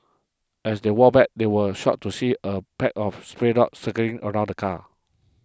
as they walked back they were shocked to see a pack of stray dogs circling around the car